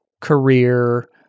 career